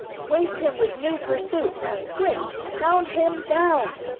waste him with new pursuit swift, hound him down!